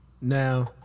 Now